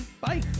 bye